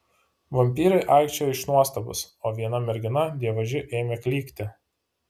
vampyrai aikčiojo iš nuostabos o viena mergina dievaži ėmė klykti